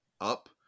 up